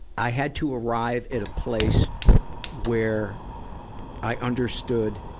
i had to arrive at a place where i understood